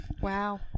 Wow